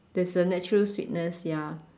there's a natural sweetness ya